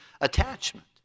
attachment